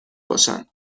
باشند